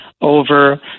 over